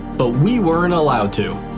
but we weren't allowed to.